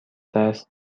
دست